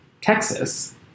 Texas